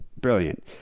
brilliant